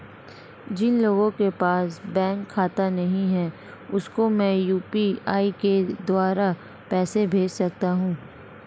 जिन लोगों के पास बैंक खाता नहीं है उसको मैं यू.पी.आई के द्वारा पैसे भेज सकता हूं?